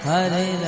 Hare